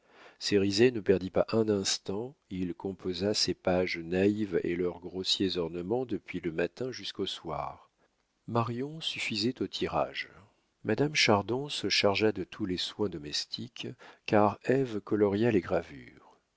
colporteur cérizet ne perdit pas un instant il composa ces pages naïves et leurs grossiers ornements depuis le matin jusqu'au soir marion suffisait au tirage madame chardon se chargea de tous les soins domestiques car ève coloria les gravures